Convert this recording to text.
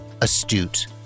astute